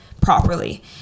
properly